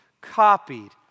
Copied